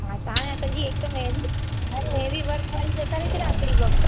हा त हाणे सॼी हिकु दम हैवी हाणे हैवी वर्क वारी ॾेखारे छॾियां हिकड़ी ॿ